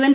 N